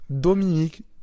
Dominique